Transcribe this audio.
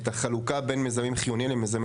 את החלוקה בין מיזמים חיוניים למיזמי